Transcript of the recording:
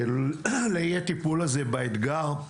לאי הטיפול באתגר הזה